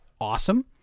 awesome